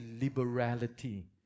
liberality